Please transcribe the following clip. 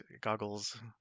goggles